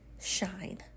shine